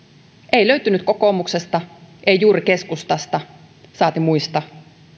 ei löytynyt kokoomuksesta ei juuri keskustasta saati muista